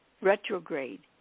retrograde